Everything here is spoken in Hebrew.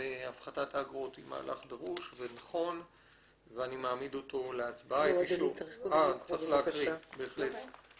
אני מתכבד לפתוח את ישיבת ועדת הכלכלה.